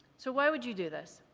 so why would you do this?